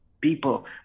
people